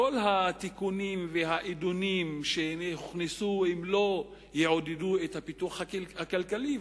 כל התיקונים והעידונים שהוכנסו לא יעודדו את הפיתוח הכלכלי,